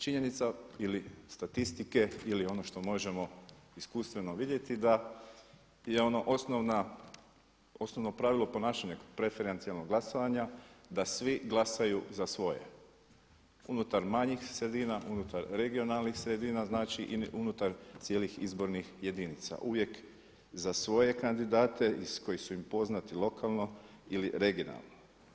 Činjenica ili statistike ili ono što možemo iskustveno vidjeti da je ono osnovno pravilo ponašanja preferencijalnog glasovanja da svi glasaju za svoje unutar manjih sredina, unutar regionalnih sredina i unutar cijelih izbornih jedinica, uvijek za svoje kandidate koji su im poznati lokalno ili regionalno.